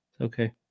Okay